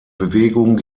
bewegung